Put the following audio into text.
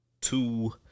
two